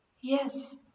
Yes